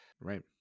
Right